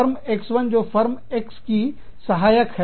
firm X1 जो firm X की सहायक है